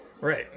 Right